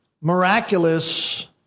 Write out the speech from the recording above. miraculous